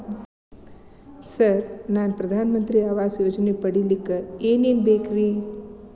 Sir ನಾನು ಪ್ರಧಾನ ಮಂತ್ರಿ ಆವಾಸ್ ಯೋಜನೆ ಪಡಿಯಲ್ಲಿಕ್ಕ್ ಏನ್ ಏನ್ ಬೇಕ್ರಿ?